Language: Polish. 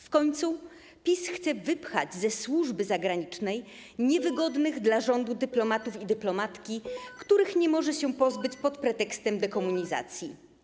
W końcu PiS chce wypchać ze służby zagranicznej niewygodnych dla rządu dyplomatów i dyplomatki, których nie może się pozbyć pod pretekstem dekomunizacji.